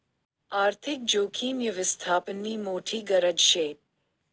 आर्थिक जोखीम यवस्थापननी मोठी गरज शे